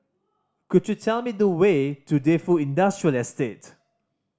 could you tell me the way to Defu Industrial Estate